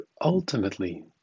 ultimately